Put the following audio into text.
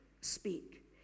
speak